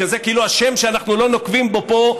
שזה כאילו השם שאנחנו לא נוקבים בו פה,